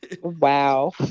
Wow